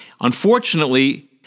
Unfortunately